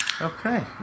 Okay